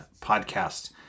podcast